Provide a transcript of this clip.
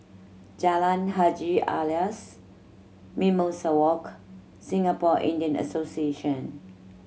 Jalan Haji Alias Mimosa Walk Singapore Indian Association